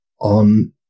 on